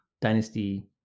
dynasty